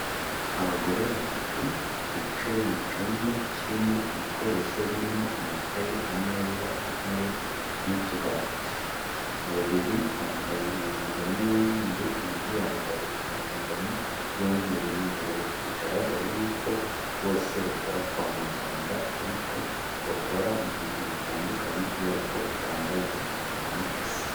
Abagore batatu bicaye mucyumba kirimo ibikoresho birimo amakaye, ameza, intebe n'utubati. Babiri bambaye impuzankano y'umweru undi yambaye impuzankano y'umweru n'ubururu bigaragara yuko bose bakora kwa muganga ariko bakora mu bintu bitandukanye kubera ko batambaye impuzankano isa.